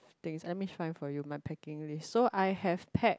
things let me find for you my packing list so I have packed